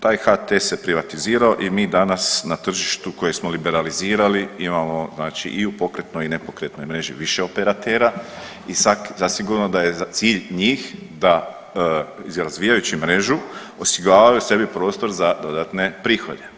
Taj HT se privatizirao i mi danas na tržištu kojeg smo liberalizirali imamo i u pokretnoj i u nepokretnoj mreži više operatera i zasigurno da je cilj njih da i razvijajući mrežu osiguravaju sebi prostor za dodatne prihode.